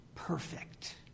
perfect